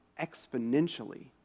exponentially